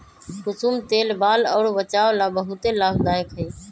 कुसुम तेल बाल अउर वचा ला बहुते लाभदायक हई